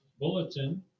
bulletin